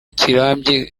kirambye